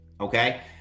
okay